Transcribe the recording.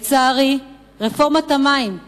לצערי, רפורמת המים שאושרה,